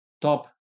top